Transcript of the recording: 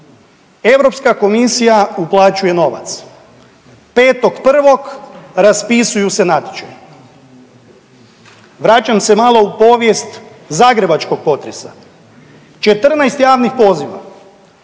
Europska komisija uplaćuje novac. 5.1. raspisuju se natječaji. Vraćam se malo u povijest zagrebačkog potresa, 14 javnih poziva,